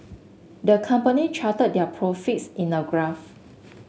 the company charted their profits in a graph